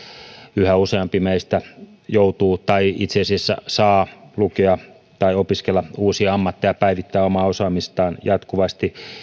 yhä useampi meistä joutuu opiskelemaan tai itse asiassa saa opiskella uusia ammatteja päivittää omaa osaamistaan jatkuvasti